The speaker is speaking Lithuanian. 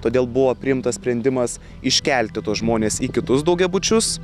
todėl buvo priimtas sprendimas iškelti tuos žmones į kitus daugiabučius